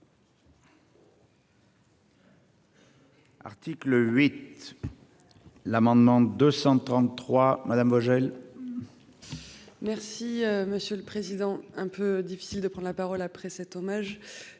Article 8. L'amendement 233 madame Vogel. Merci monsieur le président. Un peu difficile de prendre la parole après cet hommage.